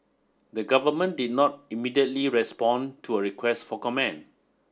the government did not immediately respond to a request for comment